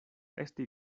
esti